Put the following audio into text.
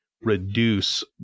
reduce